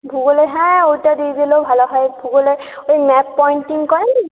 ভুগোলে হ্যাঁ ওইটা দিয়ে দিলে ভালো হয় ভুগোলে ওই ম্যাপ পয়েন্টিং করে